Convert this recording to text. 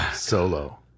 Solo